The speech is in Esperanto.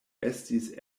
estis